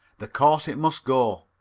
the corset must go.